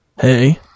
Hey